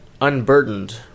unburdened